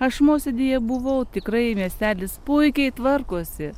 aš mosėdyje buvau tikrai miestelis puikiai tvarkosi